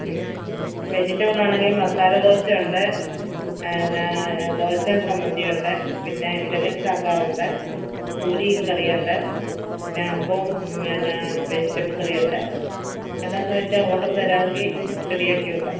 വെജിറ്റബിളാണെങ്കിൽ മസാല ദോശയുണ്ട് പിന്നെ ദോശ ചമ്മന്തിയുണ്ട് പിന്നെ ഇഡ്ഡലി സാമ്പാറുണ്ട് പൂരിയും കറിയുണ്ട് പിന്നെ അപ്പവും പിന്നെ വെജിറ്റബിൾ കറിയുണ്ട് ഏതാണെന്നു വച്ചാൽ ഓർഡർ തരാമെങ്കിൽ റെഡിയാക്കി വയ്ക്കാം